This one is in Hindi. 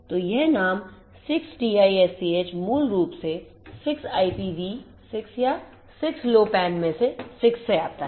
तो यह नाम 6TiSCH मूल रूप से 6 IPV 6 या 6 Low PAN में से 6 से आता है